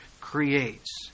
creates